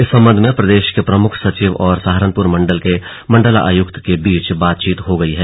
इस संबंध में प्रदेश के प्रमुख सचिव और सहारनपुर मंडल के मंडलायुक्त के बीच बातचीत हो गई है